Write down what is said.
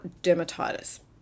dermatitis